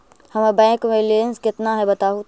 हमर bank balance केतना है बताहु तो?